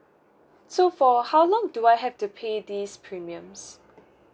so for how long do I have to pay these premiums